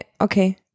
Okay